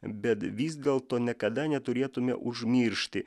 bet vis dėlto niekada neturėtume užmiršti